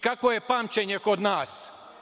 Kakvo je pamćenje kod nas?